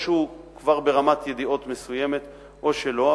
או שהוא כבר ברמת ידיעות מסוימת או שלא,